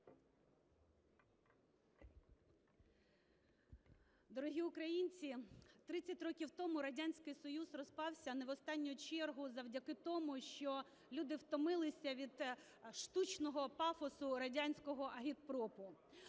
Дорогі українці, 30 років тому Радянський Союз розпався не в останню чергу завдяки тому, що люди втомилися від штучного пафосу радянського агітпропу.